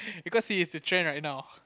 because he is the trend right now